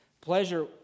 pleasure